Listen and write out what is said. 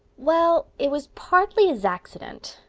well, it was partly a zacksident,